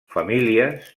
famílies